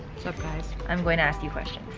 so up guys? i'm going to ask you questions.